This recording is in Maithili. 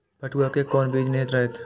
पटुआ के कोन बीज निक रहैत?